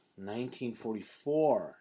1944